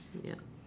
ya